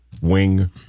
wing